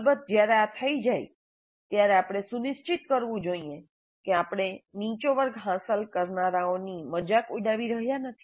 અલબત્ત જ્યારે આ થઈ જાય ત્યારે આપણે સુનિશ્ચિત કરવું જોઈએ કે આપણે નીચો વર્ગ હાંસલ કરનારાઓની મજાક ઉડાવી રહ્યા નથી